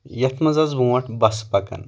یَتھ منٛز آسہٕ برونٛہہ بَسہٕ پکان